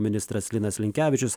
ministras linas linkevičius